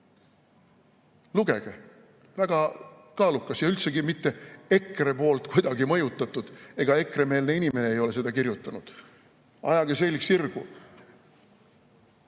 Lugege! Väga kaalukas. Ja üldsegi mitte EKRE mõjutatud ega ekremeelne inimene ei ole seda kirjutanud. Ajage selg sirgu!